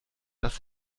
dass